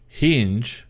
hinge